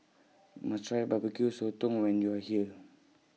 YOU must Try B B Q Sotong when YOU Are here